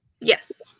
Yes